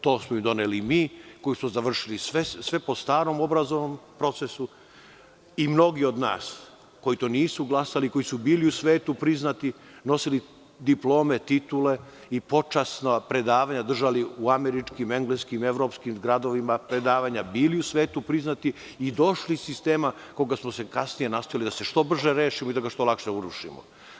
To smo im doneli mi koji smo završili sve po starom obrazovnom procesu i mnogi od nas koji to nisu glasi, koji su bili u svetu priznati, nosili diplome, titule i počasna predavanja držali u američkim, engleskim, evropskim gradovima, bili u svetu priznati i došli iz sistema koga smo kasnije nastojali da se što brže rešimo i da ga što lakše urušimo.